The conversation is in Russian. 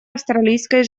австралийской